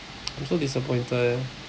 I'm so disappointed eh